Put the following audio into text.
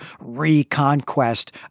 reconquest